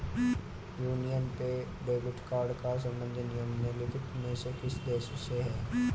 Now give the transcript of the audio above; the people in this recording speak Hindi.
यूनियन पे डेबिट कार्ड का संबंध निम्नलिखित में से किस देश से है?